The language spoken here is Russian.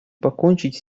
покончить